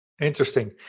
Interesting